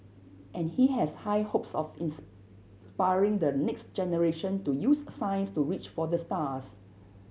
and he has high hopes of inspiring the next generation to use science to reach for the stars